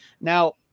now